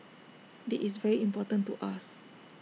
this is very important to us